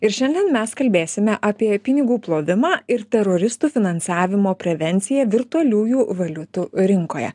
ir šiandien mes kalbėsime apie pinigų plovimo ir teroristų finansavimo prevenciją virtualiųjų valiutų rinkoje